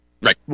Right